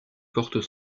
portent